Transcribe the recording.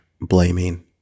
blaming